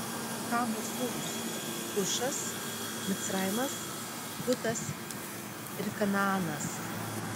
chamo sūnūs kušas micraimas putas ir kanaanas